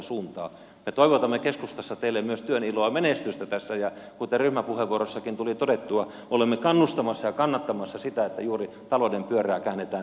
toivotamme keskustassa teille myös työn iloa ja menestystä tässä ja kuten ryhmäpuheenvuorossakin tuli todettua olemme kannustamassa ja kannattamassa sitä että juuri talouden pyörää käännetään nousun suuntaan